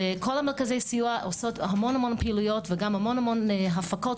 כל מרכזי הסיוע עושים המון המון פעילויות וגם המון המון הפקות,